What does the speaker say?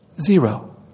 Zero